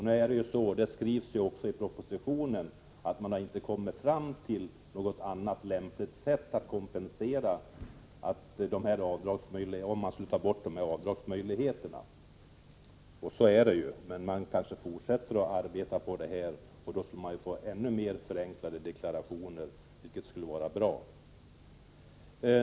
Nu sägs det i propositionen att man inte har kommit fram till något lämpligt sätt att ge kompensation för ett borttagande av avdragsmöjligheterna, men man kanske fortsätter att arbeta med frågan. Får vi då ännu mer förenklade deklarationer, skulle det vara bra.